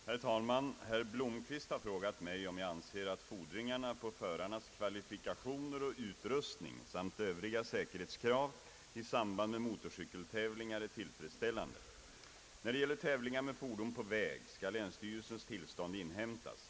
Herr talman! Herr Blomquist har frågat mig, om jag anser att fordringarna på förarnas kvalifikationer och utrustning samt Övriga säkerhetskrav i samband med motorcykeltävlingar är tillfredsställande. När det gäller tävlingar med fordon på väg skall länsstyrelses tillstånd inhämtas.